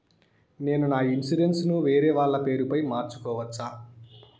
నేను నా ఇన్సూరెన్సు ను వేరేవాళ్ల పేరుపై మార్సుకోవచ్చా?